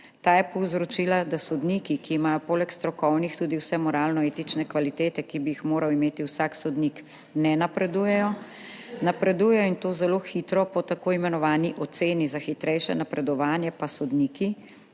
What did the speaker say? Ta je povzročila, da sodniki, ki imajo poleg strokovnih tudi vse moralno-etične kvalitete, ki bi jih moral imeti vsak sodnik, ne napredujejo, napredujejo, in to zelo hitro, po tako imenovani oceni za hitrejše napredovanje, pa sodniki,